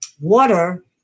Water